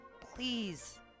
please